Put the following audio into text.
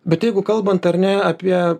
bet jeigu kalbant ar ne apie